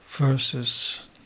Verses